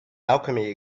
alchemy